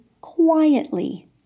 quietly